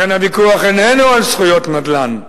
לכן, הוויכוח איננו על זכויות נדל"ן,